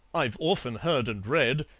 i've often heard and read,